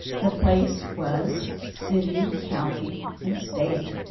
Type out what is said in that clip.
the place was city, county and state.